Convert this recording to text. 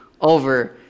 over